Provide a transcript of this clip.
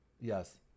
Yes